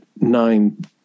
nine